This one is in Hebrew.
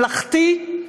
ראש ממשלה ממלכתי,